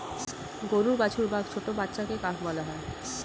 গরুর বাছুর বা ছোট্ট বাচ্ছাকে কাফ বলা হয়